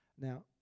Now